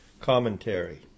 Commentary